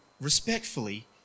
respectfully